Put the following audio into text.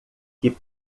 que